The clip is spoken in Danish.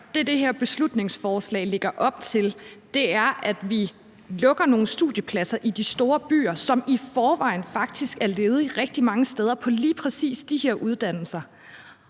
som det her beslutningsforslag lægger op til, er, at vi lukker nogle studiepladser i de store byer, hvor der i forvejen faktisk er ledige pladser rigtig mange steder på lige præcis de her uddannelser,